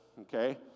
okay